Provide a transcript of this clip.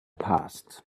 past